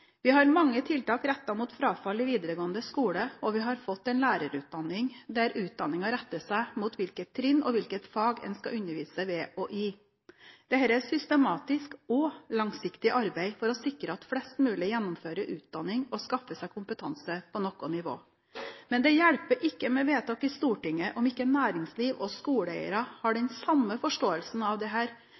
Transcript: Vi har mange tiltak rettet mot frafall i videregående skole, og vi har fått en lærerutdanning der utdanningen retter seg mot hvilket trinn og hvilke fag en skal undervise ved og i. Dette er et systematisk og langsiktig arbeid for å sikre at flest mulig gjennomfører utdanning og skaffer seg kompetanse på noe nivå. Men det hjelper ikke med vedtak i Stortinget om ikke næringsliv og skoleeiere har den samme forståelsen av